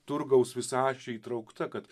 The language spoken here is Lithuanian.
turgaus visą ašį įtraukta kad